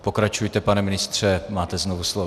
Pokračujte, pane ministře, máte znovu slovo.